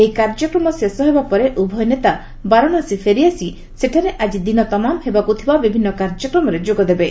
ଏହି କାର୍ଯ୍ୟକ୍ରମ ଶେଷ ହେବା ପରେ ଉଭୟ ନେତା ବାରାଶାସୀ ଫେରିଆସି ସେଠାରେ ଆଜି ଦିନ ତମାମ ହେବାକୁ ଥିବା ବିଭିନ୍ନ କାର୍ଯ୍ୟକ୍ରମରେ ଯୋଗ ଦେବେ